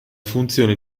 funzione